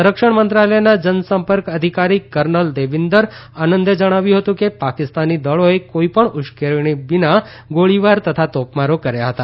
સંરક્ષણ મંત્રાલયના જનસંપર્ક અધિકારી કર્નલ દેવીન્દર આનંદે જણાવ્યું હતું કે પાકિસતાની દળોએ કોઇપણ ઉશ્કેરણી વિના ગોળીબાર તથા તોપમારો કર્યા હતા